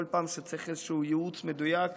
כל פעם שצריך איזה ייעוץ מדויק,